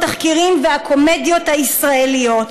התחקירים והקומדיות הישראליות